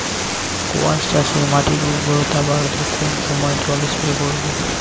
কোয়াস চাষে মাটির উর্বরতা বাড়াতে কোন সময় জল স্প্রে করব?